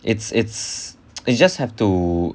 it's it's it's just have to